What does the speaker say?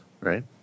right